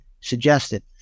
suggested